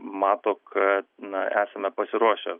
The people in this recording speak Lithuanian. mato kad na esame pasiruošę